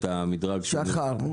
שחר,